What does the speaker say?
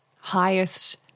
highest